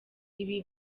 ibi